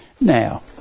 Now